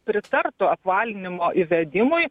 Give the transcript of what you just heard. pritartų apvalinimo įvedimui